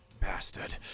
Bastard